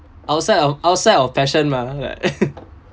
outside of outside of passion mah like